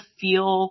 feel